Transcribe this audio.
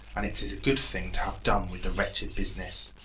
and it is a good thing to have done with the wretched business.